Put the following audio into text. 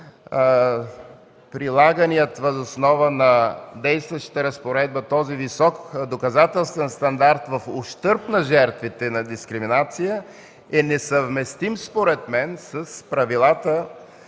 прилаганият въз основа на действащата разпоредба висок доказателствен стандарт, в ущърб на жертвите на дискриминация, е несъвместим, според мен, с правилата